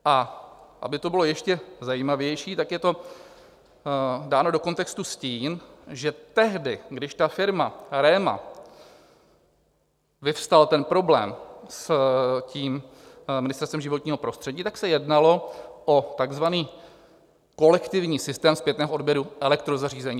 A aby to bylo ještě zajímavější, tak je to dáno do kontextu s tím, že tehdy, když ta firma REMA, když vyvstal ten problém s tím Ministerstvem životního prostředí, tak se jednalo o tzv. kolektivní systém zpětného odběru elektrozařízení.